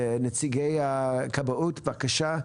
נציגי הכבאות, בבקשה.